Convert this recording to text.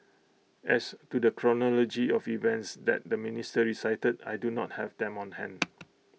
as to the chronology of events that the minister recited I do not have them on hand